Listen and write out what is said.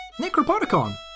Necropodicon